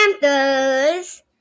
Panthers